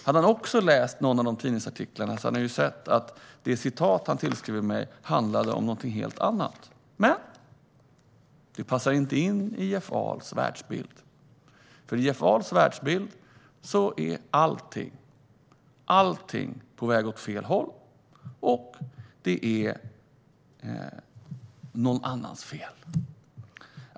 Om han hade läst någon av dessa tidningsartiklar hade han också sett att det citat som han tillskriver mig handlade om någonting helt annat. Men det passar inte in i Jeff Ahls världsbild, för enligt Jeff Ahls världsbild är allting - allting - på väg åt fel håll, och det är någon annans fel.